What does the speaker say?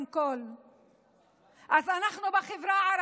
חברי הכנסת.